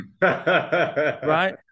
right